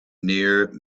near